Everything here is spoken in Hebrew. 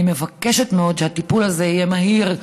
אני מבקשת מאוד שהטיפול הזה יהיה מהיר,